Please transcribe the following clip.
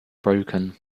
broken